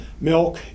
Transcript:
milk